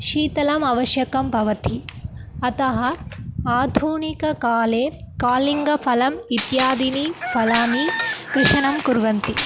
शीतलम् आवश्यकं भवति अतः आधुनिककाले कलिङ्गफलम् इत्यादीनि फलानि कृशनं कुर्वन्ति